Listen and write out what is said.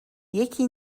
یکی